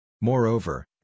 Moreover